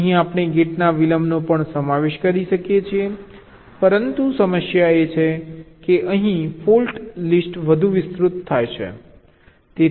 અહીં આપણે ગેટના વિલંબનો પણ સમાવેશ કરી શકીએ છીએ પરંતુ સમસ્યા એ છે કે અહીં ફોલ્ટ લિસ્ટ વધુ વિસ્તૃત છે